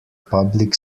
public